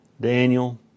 Daniel